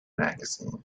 magazine